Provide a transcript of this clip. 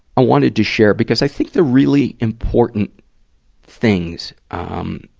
i wanted to share because i think the really important things, um,